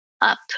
up